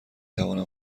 توانم